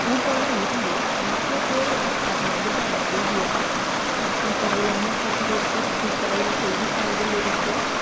ஊட்டலாக இருந்து மற்ற பேரும் அத வந்துட்டு அந்த செய்தியை பார்ப்பாங்க டீக்கடையில் நியூஸ் பேப்பர் இருக்குது டீக்கடையில் செய்தித்தாள்கள் இருக்குது